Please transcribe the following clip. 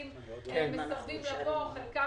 הם הביאו את פרופ' אגרנט,